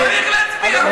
להצביע.